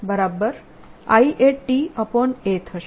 તેથી ddtIA થશે